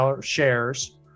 shares